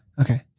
Okay